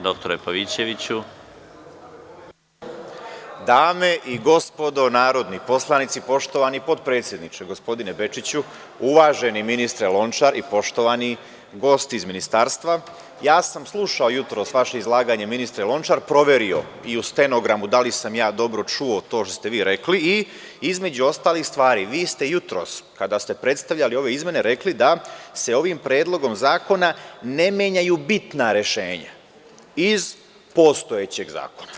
Dame i gospodo narodni poslanici, poštovani podpredsedniče gospodine Bečiću, uvaženi ministre Lončar i poštovani gosti iz ministarstva, ja sam slušao jutros vaše izlaganje, ministre Lončar, proverio i u stenogramu da li sam ja dobro čuo to što ste vi rekli i između ostalih stvari, vi ste jutros, kada ste predstavljali ove izmene, rekli da se ovim predlogom zakona ne menjaju bitna rešenja iz postojećeg zakona.